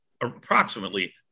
approximately